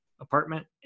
apartment